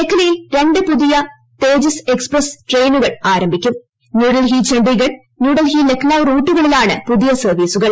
മേഖലയിൽ ർണ്ട് പുതിയ തേജസ് എക്സ്പ്രസ് ട്രെയിനുകൾ ആരംഭിക്കൂട്ട് ്ന്യൂഡൽഹി ചണ്ഡീഗഡ് ന്യൂഡൽഹി ലഖ്നൌ റൂട്ടുൿളിലാണ് പുതിയ സർവീസുകൾ